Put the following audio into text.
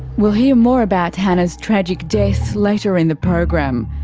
we'll hear more about hannah's tragic death later in the program.